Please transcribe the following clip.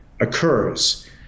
occurs